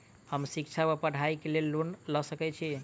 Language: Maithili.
हम शिक्षा वा पढ़ाई केँ लेल लोन लऽ सकै छी?